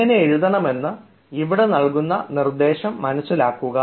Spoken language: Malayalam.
എങ്ങനെ എഴുതണം എന്ന് ഇവിടെ നൽകുന്ന നിർദ്ദേശം മനസ്സിലാക്കുക